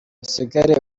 usigare